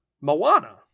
Moana